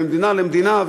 ממדינה למדינה,